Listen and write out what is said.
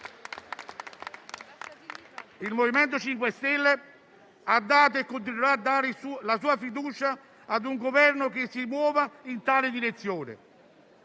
Il MoVimento 5 Stelle ha dato e continua a dare la sua fiducia ad un Governo che si muova in tale direzione